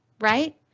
right